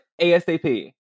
ASAP